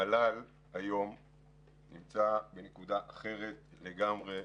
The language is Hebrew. היום המל"ל נמצא בנקודה אחרת לגמרי,